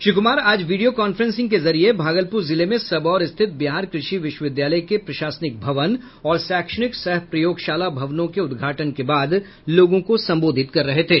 श्री कुमार आज video conference के जरिये भागलपुर जिले में सबौर स्थित बिहार कृषि विश्वविद्यालय के प्रशासनिक भवन और शैक्षणिक सह प्रयोगशाला भवनों के उद्घाटन के बाद लोगों को संबोधित कर रहे थे